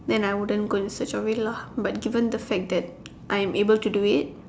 then I wouldn't go and search for it lah but given the fact that I am able to do it